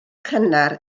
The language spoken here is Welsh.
cynnar